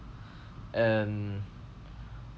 and